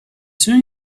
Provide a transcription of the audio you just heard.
soon